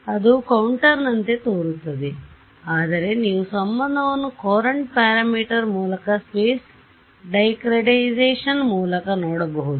ಅದು ಕೌಂಟರ್ನಂತೆ ತೋರುತ್ತದೆ ಆದರೆ ನೀವು ಸಂಬಂಧವನ್ನು ಕೊರಂಟ್ ಪ್ಯಾರಾಮೀಟರ್ ಮೂಲಕ ಸ್ಫೇಸ್ ಡೈಕ್ರೆಟೈಸೇಶನ್ ಮೂಲಕ ನೋಡಬಹುದು